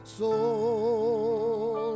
soul